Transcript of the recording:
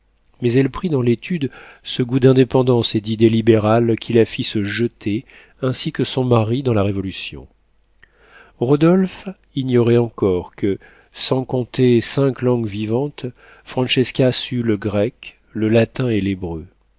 mais elle prit dans l'étude ce goût d'indépendance et d'idées libérales qui la fit se jeter ainsi que son mari dans la révolution rodolphe ignorait encore que sans compter cinq langues vivantes francesca sût le grec le latin et l'hébreu